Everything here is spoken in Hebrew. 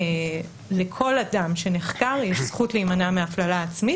לכל אדם שנחקר יש זכות להימנע מהפללה עצמית.